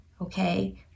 okay